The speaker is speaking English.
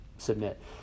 submit